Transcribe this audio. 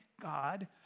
God